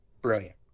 Brilliant